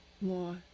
more